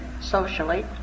socially